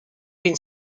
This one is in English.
been